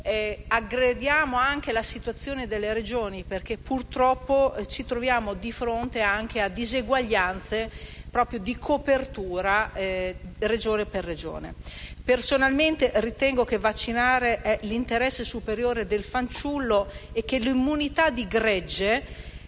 Aggrediamo anche la situazione delle Regioni perché purtroppo ci troviamo di fronte anche a diseguaglianze di copertura Regione per Regione. Personalmente, ritengo che vaccinare sia interesse superiore del fanciullo e che l'immunità di gregge